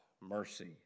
mercy